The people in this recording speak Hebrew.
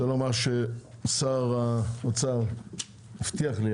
שר האוצר הבטיח לי,